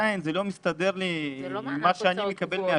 עדיין זה לא מסתדר לי עם מה שאני מקבל מהשטח.